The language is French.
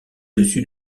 dessus